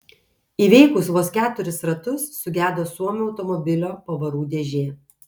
įveikus vos keturis ratus sugedo suomio automobilio pavarų dėžė